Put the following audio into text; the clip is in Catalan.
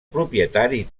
propietari